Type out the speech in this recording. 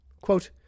Quote